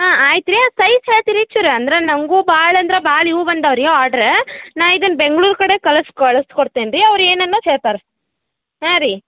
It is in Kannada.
ಹಾಂ ಆಯ್ತ್ರೆ ಸೈಜ್ ಹೇಳ್ತಿರಾ ರೀ ಚೂರ್ ಅಂದ್ರ ನಮಗೂ ಭಾಳ್ ಅಂದ್ರ ಭಾಳ್ ಇವು ಬಂದಾವು ರೀ ಆರ್ಡ್ರ್ ನಾ ಇದನ್ನ ಬೆಂಗ್ಳೂರು ಕಡೆ ಕಳಿಸಿ ಕಳ್ಸಿ ಕೊಡ್ತೇನೆ ರೀ ಅವ್ರು ಏನು ಅನ್ನಾದು ಹೇಳ್ತಾರೆ ಹಾಂ ರೀ